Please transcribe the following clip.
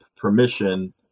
permission